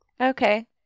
Okay